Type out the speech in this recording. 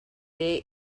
there